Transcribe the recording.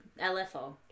LFO